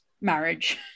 marriage